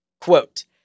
quote